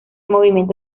movimiento